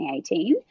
2018